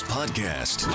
Podcast